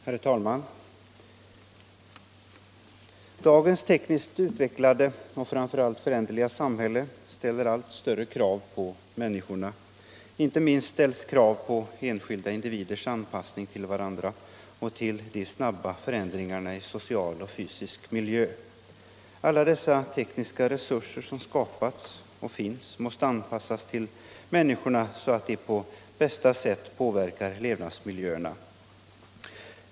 Herr talman! Dagens tekniskt utvecklade och framför allt föränderliga samhälle ställer allt större krav på människorna. Inte minst ställs krav på enskilda individers anpassning till varandra och till de snabba förändringarna i social och fysisk miljö. Alla dessa tekniska resurser som skapats måste anpassas till människorna, så att de på bästa sätt påverkar levnadsmiljöerna.